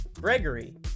Gregory